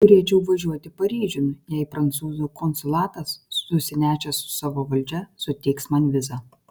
turėčiau važiuoti paryžiun jei prancūzų konsulatas susinešęs su savo valdžia suteiks man vizą